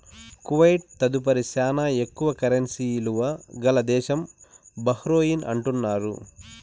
Kuwait తదుపరి శానా ఎక్కువ కరెన్సీ ఇలువ గల దేశం బహ్రెయిన్ అంటున్నారు